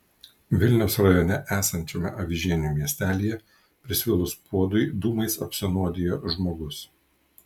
vilniaus rajone esančiame avižienių miestelyje prisvilus puodui dūmais apsinuodijo žmogus